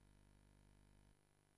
כבוד